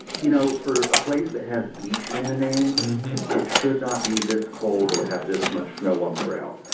you know, for a place that has beach in the name, it should not be this cold or have this much snow on the ground.